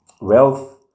wealth